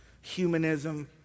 humanism